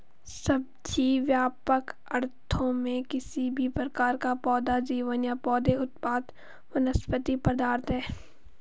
सब्जी, व्यापक अर्थों में, किसी भी प्रकार का पौधा जीवन या पौधे उत्पाद वनस्पति पदार्थ है